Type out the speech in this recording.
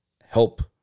help